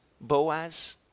Boaz